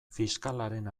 fiskalaren